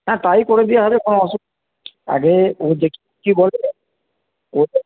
হ্যাঁ তাই করে দেওয়া হবে কোনো আরে ও ও